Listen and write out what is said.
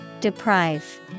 Deprive